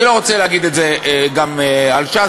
אני לא רוצה להגיד את זה גם על ש"ס,